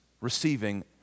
receiving